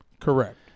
Correct